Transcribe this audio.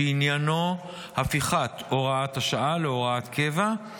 שעניינו הפיכת הוראת השעה להוראת קבע,